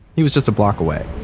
he was just a block away